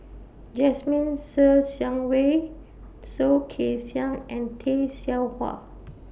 Jasmine Ser Xiang Wei Soh Kay Siang and Tay Seow Huah